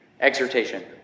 exhortation